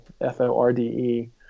F-O-R-D-E